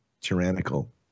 tyrannical